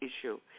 issue